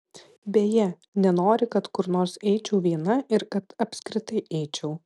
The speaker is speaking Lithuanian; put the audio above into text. beje nenori kad kur nors eičiau viena ir kad apskritai eičiau